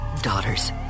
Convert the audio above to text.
daughters